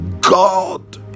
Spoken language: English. god